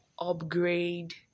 Upgrade